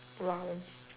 !wow!